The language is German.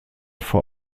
vor